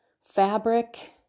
fabric